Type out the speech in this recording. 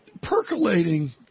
Percolating